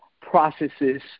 processes